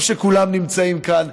טוב שכולם נמצאים כאן,